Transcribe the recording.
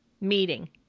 meeting